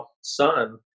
son